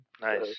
Nice